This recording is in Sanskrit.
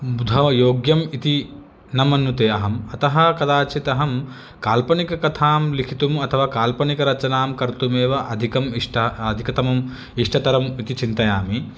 बुध वा योग्यम् इति न मनुते अहम् अतः कदाचित् अहं काल्पनिककथां लेखितुम् अथवा काल्पनिकरचनां कर्तुमेव अधिकम् इष्ट अधिकतमम् इष्टतरम् इति चिन्तयामि